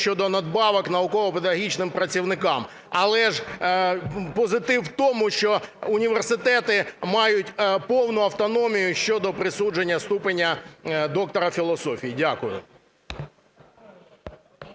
щодо надбавок науково-педагогічним працівникам. Але ж позитив у тому, що університети мають повну автономію щодо присудження ступеня доктора філософії. Дякую.